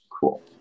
Cool